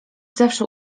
zawsze